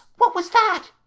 what was that